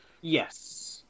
Yes